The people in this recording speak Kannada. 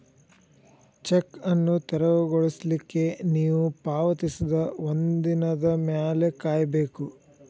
ಚೆಕ್ ಅನ್ನು ತೆರವುಗೊಳಿಸ್ಲಿಕ್ಕೆ ನೇವು ಪಾವತಿಸಿದ ಒಂದಿನದ್ ಮ್ಯಾಲೆ ಕಾಯಬೇಕು